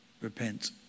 Repent